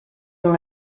dans